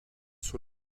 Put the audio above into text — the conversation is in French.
sur